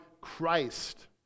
Christ